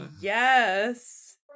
yes